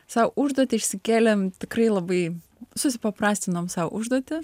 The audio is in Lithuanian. sau užduotį išsikėlėme tikrai labai supaprastinom sau užduotį